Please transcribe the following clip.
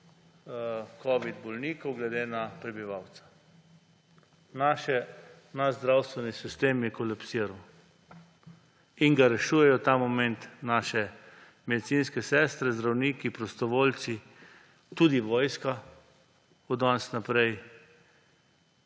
covid bolnikov glede na prebivalca. Naš zdravstveni sistem je kolapsiral in ga rešujejo ta moment naši medicinske sestre, zdravniki, prostovoljci, tudi vojska od danes naprej.